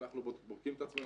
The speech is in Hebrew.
ואנחנו בודקים את עצמנו,